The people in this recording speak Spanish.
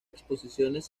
exposiciones